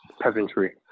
peasantry